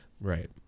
right